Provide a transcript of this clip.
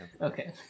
Okay